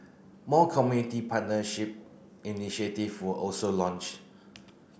more community partnership initiative were also launched